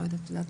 לא יודעת.